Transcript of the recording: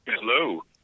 Hello